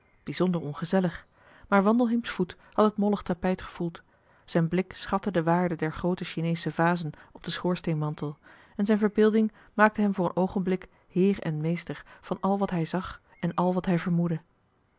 stroo bijzonder ongezellig maar wandelheem's voet had het mollig tapijt gevoeld zijn blik schatte de waarde der groote chineesche vazen op den schoorsteenmantel en zijn verbeelding maakte hem voor een oogenblik heer en meester van al wat hij zag en al wat hij vermoedde